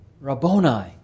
Rabboni